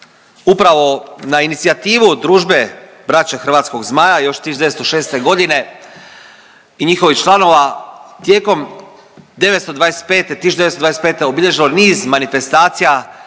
upravo na inicijativu Družbe Braće Hrvatskog Zmaja još 1906. godine i njihovih članova tijekom 925., 1925. obilježilo niz manifestacija,